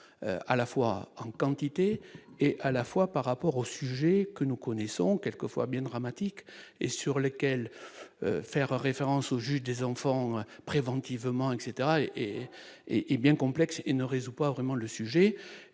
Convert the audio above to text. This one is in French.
à la fois en quantité et à la fois par rapport aux sujets que nous connaissons quelquefois bien dramatique et sur lesquels faire référence au juge des enfants, préventivement, etc, hé, hé, hé, hé bien complexe et ne résout pas vraiment le sujet